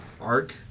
arc